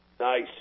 Nice